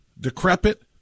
decrepit